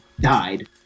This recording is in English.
died